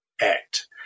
act